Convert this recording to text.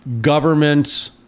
government